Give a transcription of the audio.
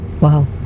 Wow